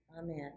Amen